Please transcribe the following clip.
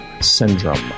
syndrome